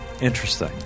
Interesting